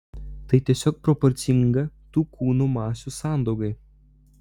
tai tiesiog proporcinga tų kūnų masių sandaugai